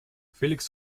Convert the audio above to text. felix